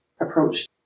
approach